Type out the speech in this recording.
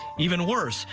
even worse,